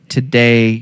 Today